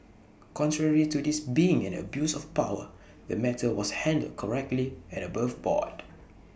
contrary to this being an abuse of power the matter was handled correctly and above board